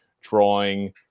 drawing